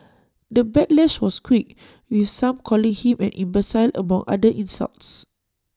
the backlash was quick with some calling him an imbecile among other insults